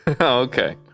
okay